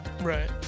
Right